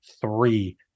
three